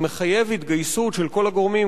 זה מחייב התגייסות של כל הגורמים,